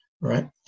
right